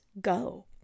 go